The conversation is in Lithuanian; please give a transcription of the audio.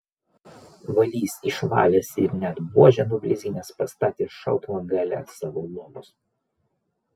valys išvalęs ir net buožę nublizginęs pastatė šautuvą gale savo lovos